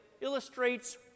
illustrates